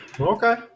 Okay